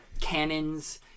cannons